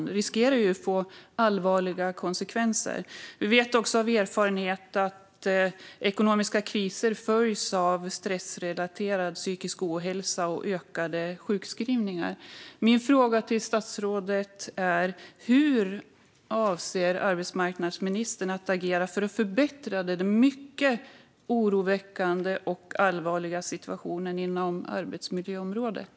Det riskerar att få allvarliga konsekvenser. Vi vet också av erfarenhet att ekonomiska kriser följs av stressrelaterad psykisk ohälsa och ökade sjukskrivningar. Min fråga till statsrådet är: Hur avser arbetsmarknadsministern att agera för att förbättra den mycket oroväckande och allvarliga situationen inom arbetsmiljöområdet?